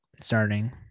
Starting